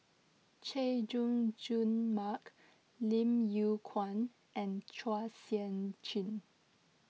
Chay Jung Jun Mark Lim Yew Kuan and Chua Sian Chin